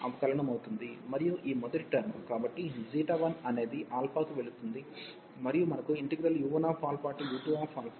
మరియు ఈ మొదటి టర్మ్ కాబట్టి 1 అనేది కి వెళ్తుంది మరియు మనకు u1u2fxαdx ఉంటుంది